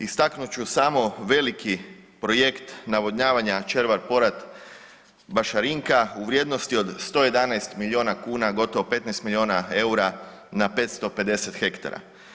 Istaknut ću samo veliki projekt navodnjavanja Červar Porat – Bašarinka u vrijednosti od 111 milijuna kuna, gotovo 15 milijuna eura na 550 hektara.